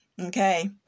okay